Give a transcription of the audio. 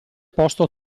posto